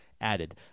added